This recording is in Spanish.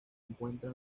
encuentra